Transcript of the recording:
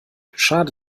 schade